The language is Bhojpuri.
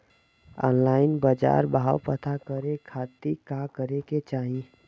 ऑनलाइन बाजार भाव पता करे के खाती का करे के चाही?